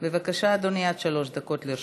בבקשה, אדוני, עד שלוש דקות לרשותך.